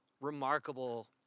remarkable